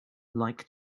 like